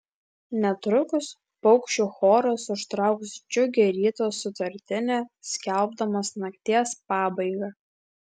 netrukus paukščių choras užtrauks džiugią ryto sutartinę skelbdamas nakties pabaigą